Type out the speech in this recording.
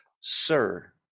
sir